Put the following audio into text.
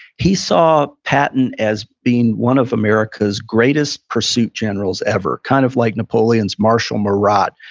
he saw patton as being one of america's greatest pursuit generals ever. kind of like napoleon's marshal murat.